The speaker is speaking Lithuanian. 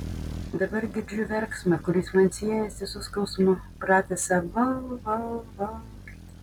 dabar girdžiu verksmą kuris man siejasi su skausmu pratisą vau vau vau